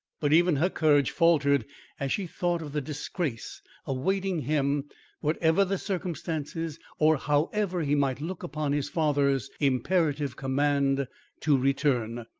but even her courage faltered as she thought of the disgrace awaiting him whatever the circumstances or however he might look upon his father's imperative command to return.